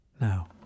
Now